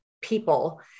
people